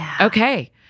okay